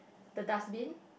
the dustbin